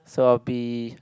so I'd be